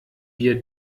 wir